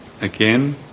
again